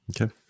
Okay